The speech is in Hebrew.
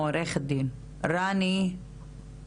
או עורכת דין, רני מרפאת